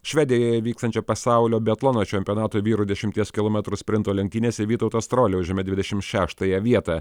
švedijoje vykstančio pasaulio biatlono čempionato vyrų dešimties kilometrų sprinto lenktynėse vytautas strolia užėmė dvidešimt šeštąją vietą